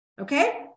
Okay